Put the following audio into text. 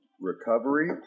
Recovery